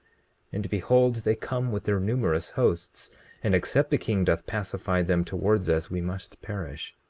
and behold, they come with their numerous hosts and except the king doth pacify them towards us we must perish.